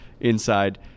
inside